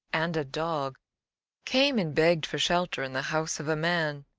and a dog came and begged for shelter in the house of a man.